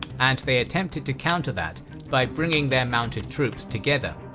and they attempted to counter that by bringing their mounted troops together.